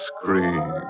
scream